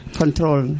control